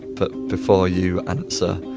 but before you answer,